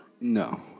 No